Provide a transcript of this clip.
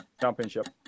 Championship